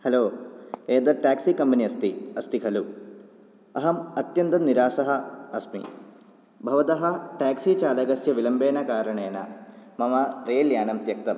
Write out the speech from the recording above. hello एतत् taxi company अस्ति अस्ति खलु अहम् अत्यन्तं निरासः अस्मि भवतः टेक्सि चालकस्य विलम्बेन कारणेन मम राैल् यानं त्यक्तं